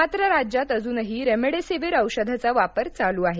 मात्र राज्यात अजूनही रेमडेसवीर औषधाचा वापर चालू आहे